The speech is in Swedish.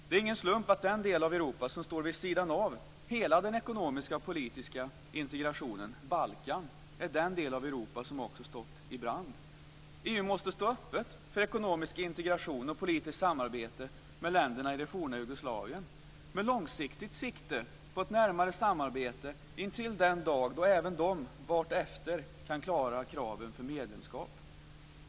Det är ingen slump att den del av Europa som står vid sidan av hela den ekonomiska och politiska integrationen, Balkan, är den del av Europa som också stått i brand. EU måste stå öppet för ekonomisk integration och politiskt samarbete med länderna i det forna Jugoslavien med ett långsiktigt sikte på ett närmare samarbete intill den dag då även de vartefter kan klara kraven för medlemskap.